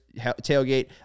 tailgate